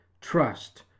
trust